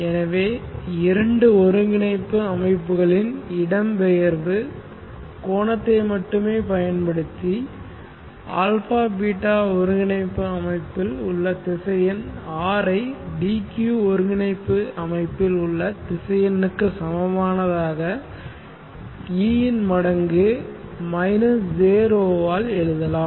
எனவே இரண்டு ஒருங்கிணைப்பு அமைப்புகளின் இடப்பெயர்வு கோணத்தை மட்டுமே பயன்படுத்தி α β ஒருங்கிணைப்பு அமைப்பில் உள்ள திசையன் R ஐ dq ஒருங்கிணைப்பு அமைப்பில் உள்ள திசையனுக்கு சமமானதாக e மடங்கு jρ ஆல் எழுதலாம்